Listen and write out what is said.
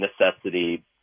necessity